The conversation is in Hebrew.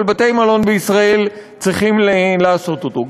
אבל בתי-מלון בישראל צריכים לעשות אותו.